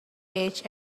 age